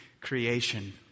creation